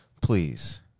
please